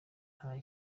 nta